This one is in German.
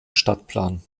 stadtplan